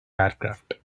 aircraft